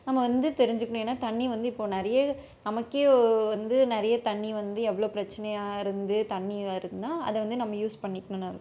நம்ம வந்து தெரிஞ்சிக்கணும் ஏன்னா தண்ணி வந்து இப்போது நிறைய நமக்கே வந்து நிறைய தண்ணி வந்து எவ்வளோ பிரச்சனையாக இருந்து தண்ணி வருதுன்னால் அதை வந்து நம்ம யூஸ் பண்ணிக்கணும்